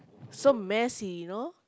so messy you know